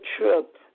trip